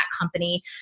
company